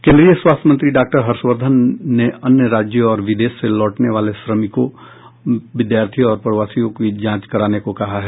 केंद्रीय स्वास्थ्य मंत्री डॉ हर्ष वर्धन ने अन्य राज्यों और विदेश से लौटने वाले श्रमिकों विद्यार्थियों और प्रवासियों की जांच करने को कहा है